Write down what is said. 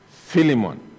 Philemon